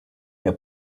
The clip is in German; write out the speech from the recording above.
der